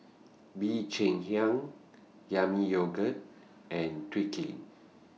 Bee Cheng Hiang Yami Yogurt and